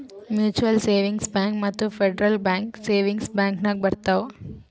mutual savings bank ಮತ್ತ federal bank savings bank ನಾಗ್ ಬರ್ತಾವ್